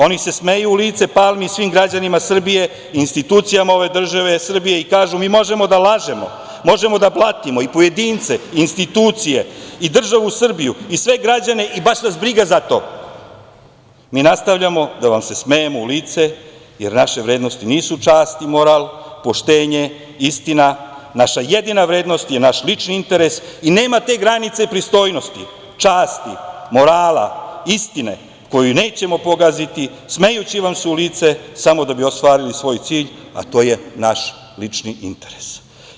Oni se smeju u lice Palmi i svim građanima Srbije, institucijama ove države Srbije i kažu – mi možemo da lažemo, možemo da platimo i pojedince, institucije, državu Srbiju i sve građane i baš nas briga za to, mi nastavljamo da vam se smejemo u lice, jer naše vrednosti nisu čast ni moral, poštenje, istina, naša jedina vrednost je naš lični interes i nema te granice pristojnosti, časti, morala, istine koju nećemo pogaziti smejući vam se u lice, a samo da bi ostvarili svoj cilj, a to je naš lični interes.